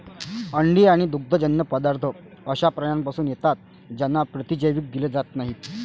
अंडी आणि दुग्धजन्य पदार्थ अशा प्राण्यांपासून येतात ज्यांना प्रतिजैविक दिले जात नाहीत